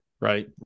Right